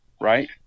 right